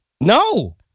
No